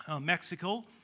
Mexico